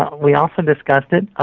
ah we often discuss it,